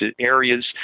areas